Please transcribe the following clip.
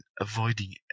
avoiding